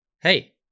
Hey